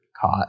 caught